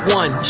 one